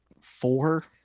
four